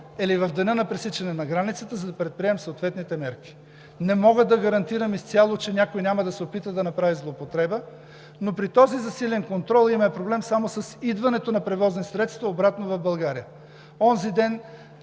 или в деня на пресичане на границата, за да предприемем необходимите мерки. Не мога да гарантирам изцяло, че някой няма да се опита да направи злоупотреба, но при този засилен контрол имаме проблем само с идването на превозни средства обратно в България. Онзи ден